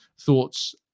thoughts